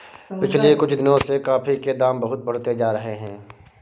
पिछले कुछ दिनों से कॉफी के दाम बहुत बढ़ते जा रहे है